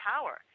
power